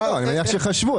מניח שחשבו.